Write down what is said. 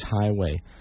highway